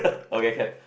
okay can